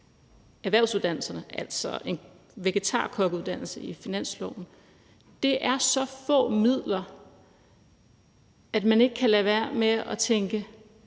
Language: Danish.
erhvervsuddannelserne, altså en vegetarkokkeuddannelse, i finansloven, er så få midler, at man ikke kan lade være med at tænke: